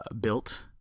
built